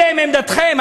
זוהי עמדתכם,